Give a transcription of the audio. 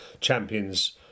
champions